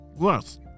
Yes